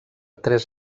tres